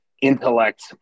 intellect